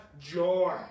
joy